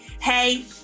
hey